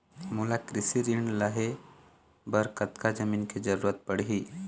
मोला कृषि ऋण लहे बर कतका जमीन के जरूरत पड़ही?